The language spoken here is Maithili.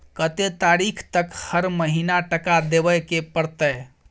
कत्ते तारीख तक हर महीना टका देबै के परतै?